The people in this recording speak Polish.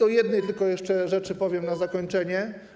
O jednej tylko jeszcze kwestii powiem na zakończenie.